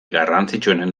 garrantzitsuenen